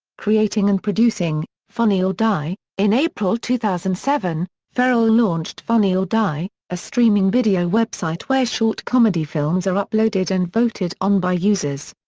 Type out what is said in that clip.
creating and producing funny or die in april two thousand and seven, ferrell launched funny or die, a streaming video website where short comedy films are uploaded and voted on by users.